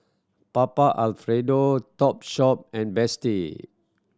Papa Alfredo Topshop and Betsy